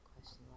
question